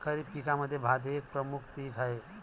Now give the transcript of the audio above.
खरीप पिकांमध्ये भात हे एक प्रमुख पीक आहे